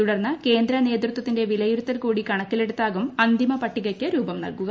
തുടർന്ന് കേന്ദ്ര നേതൃത്വത്തിന്റെ വിലയിരുത്തൽ കൂടി കണക്കിലെടുത്താകും അന്തിമപട്ടികയ്ക്കു രൂപം നൽകുക